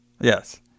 Yes